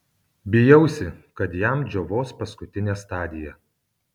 bijausi kad jam džiovos paskutinė stadija